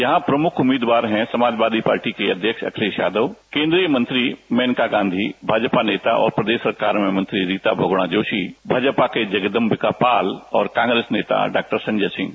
यहां प्रमुख उम्मीदवार है समाजवादी पार्टी के अध्यक्ष अखिलेश यादव केंद्रीय मंत्री मेनका गांधी भाजपा नेता और प्रदेश सरकार में मंत्री रीता बहुगुणा जोशी भाजपा के जगदंबिका पाल और कांग्रेस नेता डॉक्टर संजय सिंह